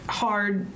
hard